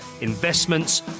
investments